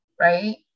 right